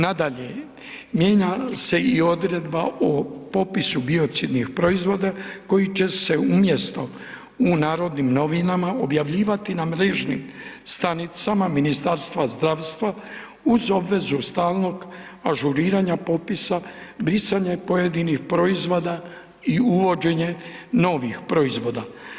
Nadalje, mijenja se i odredba o popisu biocidnih proizvoda koji će se umjesto u Narodnim novinama objavljivati na mrežnim stranicama Ministarstva zdravstva uz obvezu stalnog ažuriranja popisa, brisanje pojedinih proizvoda i uvođenje novih proizvoda.